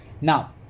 Now